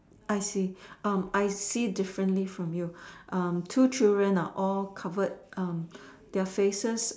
I see I see differently from you two children are all covered their faces